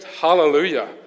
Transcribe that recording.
hallelujah